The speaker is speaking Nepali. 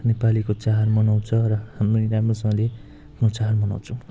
नेपालीको चाड मनाउछ र हामी राम्रोसँगले आफ्नो चाड मनाउछौँ